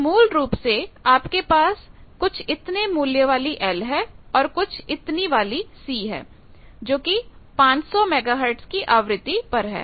तो मूल रूप से आपके पास कुछ इतने मूल्य वाली L है और कुछ इतनी वाली C है जोकि 500 मेगाहर्ट की आवृत्ति पर है